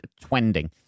trending